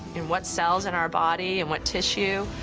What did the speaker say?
in what cells in our body, in what tissue,